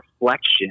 reflection